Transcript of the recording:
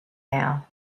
now